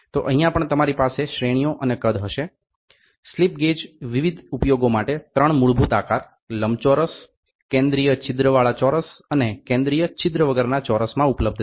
તો અહીંયા પણ તમારી પાસે શ્રેણીઓ અને કદ હશે સ્લિપ ગેજ વિવિધ ઉપયોગો માટે 3 મૂળભૂત આકાર લંબચોરસ કેન્દ્રીય છિદ્રવાળા ચોરસ અને કેન્દ્રિય છિદ્ર વગરના ચોરસમાં ઉપલબ્ધ છે